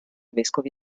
vescovi